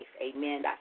Amen